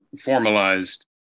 formalized